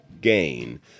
gain